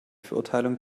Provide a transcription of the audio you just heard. verurteilung